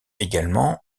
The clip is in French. également